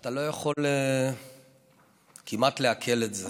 שאתה לא יכול כמעט לעכל את זה.